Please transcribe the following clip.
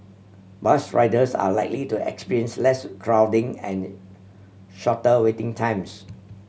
bus riders are likely to experience less crowding and shorter waiting times